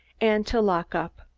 and to lock up.